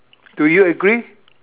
do you agree